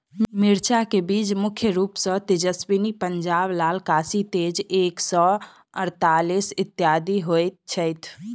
मिर्चा केँ बीज मुख्य रूप सँ तेजस्वनी, पंजाब लाल, काशी तेज एक सै अड़तालीस, इत्यादि होए छैथ?